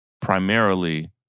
primarily